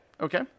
Okay